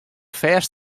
fêst